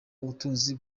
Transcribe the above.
ubutunzi